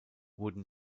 wurden